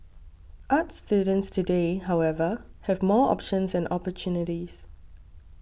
arts students today however have more options and opportunities